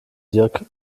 diercke